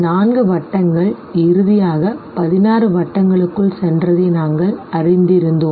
நான்கு வட்டங்கள் இறுதியாக 16 வட்டங்களுக்குள் சென்றதை நாங்கள் அறிந்திருந்தோம்